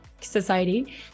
society